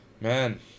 Man